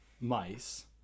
mice